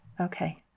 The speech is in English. Okay